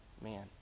man